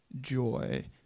joy